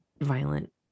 violent